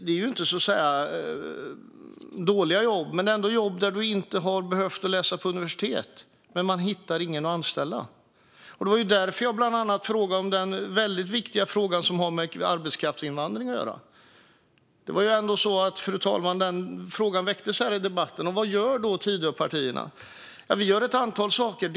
Det är inte dåliga jobb, men ändå jobb där de anställda inte har behövt läsa på universitetet. Men kommunerna hittar ingen att anställa. Det var därför jag ställde den viktiga frågan som rör arbetskraftsinvandring. Frågan väcktes i debatten. Vad gör då Tidöpartierna? Vi gör ett antal saker.